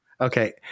Okay